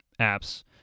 apps